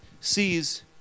sees